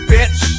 Bitch